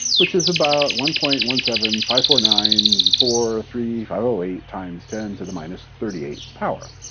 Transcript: which is about one point one seven five four nine four three five zero eight times ten to the minus thirty eighth power.